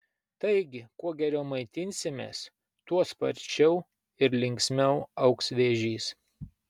taigi kuo geriau maitinsimės tuo sparčiau ir linksmiau augs vėžys